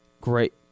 great